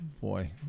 Boy